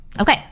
Okay